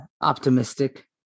optimistic